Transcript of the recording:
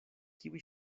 kiuj